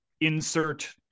insert